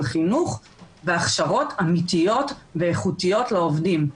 חינוך והכשרות אמיתיות ואיכותיות לעובדים.